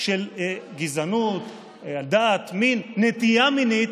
של גזענות, דת, מין, נטייה מינית,